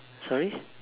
sorry